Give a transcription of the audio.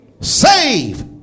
Save